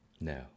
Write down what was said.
no